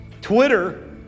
Twitter